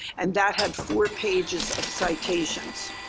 and that had four pages of citations.